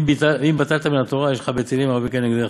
ואם בטלת מן התורה, יש לך בטלים הרבה כנגדך.